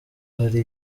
hari